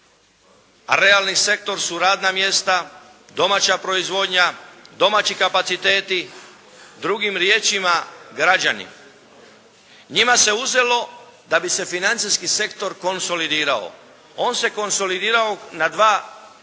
Realni sektor su radna mjesta, domaća proizvodnja, domaći kapaciteti, drugim riječima građani. Njima se uzelo da bi se financijski sektor konsolidirao. On se konsolidirao na dva načina.